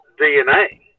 DNA